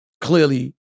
clearly